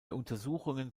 untersuchungen